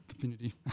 community